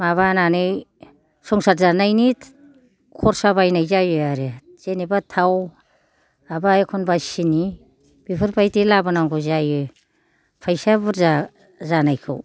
माबानानै संसार जानायनि खरसा बायनाय जायो आरो जेनेबा थाव माबा एखनबा सिनि बिफोरबादि लाबोनांगौ जायो फैसा बुरजा जानायखौ